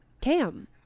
Cam